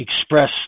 express